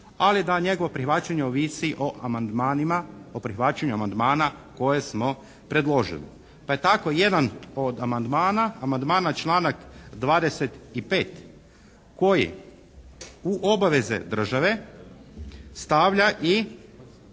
ali da njegovo prihvaćanje ovisi o amandmanima, o prihvaćanju amandmana koje smo predložili. Pa je tako jedan od amandmana amandman na članak 25. koji u obaveze države stavlja i